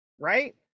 Right